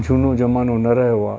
झूनो ज़मानो न रहियो आहे